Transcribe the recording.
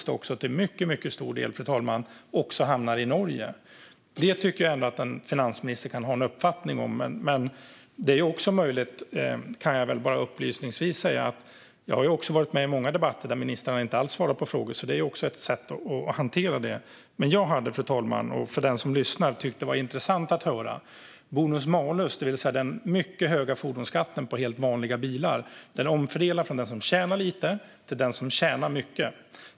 Till mycket stor del hamnar de här pengarna i Norge. Det tycker jag att en finansminister kan ha en uppfattning om. Jag kan bara upplysningsvis säga att jag har varit med i många debatter där ministrarna inte alls svarat på frågor, så det är också ett sätt att hantera saken. Men jag hade tyckt, och säkert också de som lyssnar, att det vore intressant att höra vilken uppfattning ministern har om bonus-malus. Det är alltså den mycket höga fordonsskatten på helt vanliga bilar som omfördelar från den som tjänar lite till den som tjänar mycket.